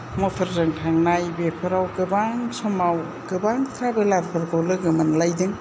मथरजों थांनाय बेफोराव गोबां समाव गोबां ट्राभेलारफोरखौ लोगो मोनलायदों